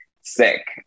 sick